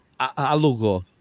alugo